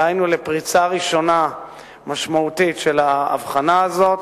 דהיינו לפריצה ראשונה משמעותית של ההבחנה הזאת.